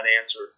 answer